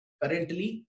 currently